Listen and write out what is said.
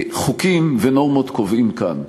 חוקים ונורמות קובעים כאן.